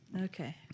Okay